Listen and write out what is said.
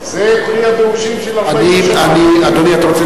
אבל אף פעם לא